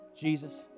Jesus